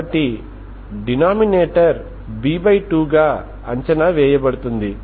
కాబట్టి denominator b2 గా అంచనా వేయబడుతుంది